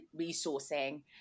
resourcing